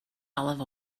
olive